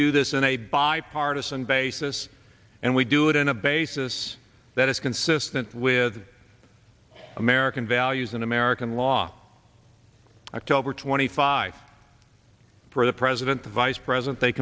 do this in a bipartisan basis and we do it in a basis that is consistent with american values in american law to over twenty five for the president the vice president they